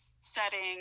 setting